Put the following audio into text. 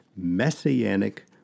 messianic